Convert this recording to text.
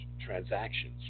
transactions